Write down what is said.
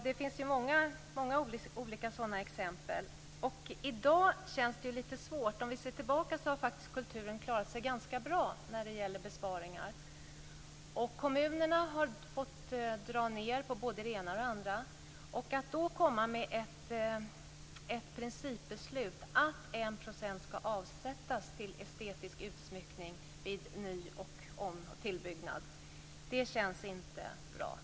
Det finns många olika sådana exempel. I dag känns det lite svårt. Om vi ser tillbaka ser vi att kulturen faktiskt har klarat sig ganska bra när det gäller besparingar. Kommunerna har fått dra ned på både det ena och det andra. Att då komma med ett principbeslut, att 1 % skall avsättas till estetisk utsmyckning vid ny och tillbyggnad, känns inte bra.